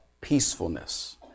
peacefulness